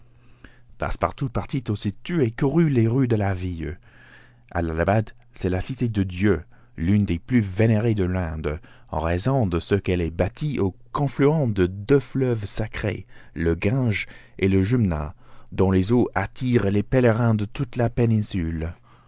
passepartout partit aussitôt et courut les rues de la ville allahabad c'est la cité de dieu l'une des plus vénérées de l'inde en raison de ce qu'elle est bâtie au confluent de deux fleuves sacrés le gange et la jumna dont les eaux attirent les pèlerins de toute la péninsule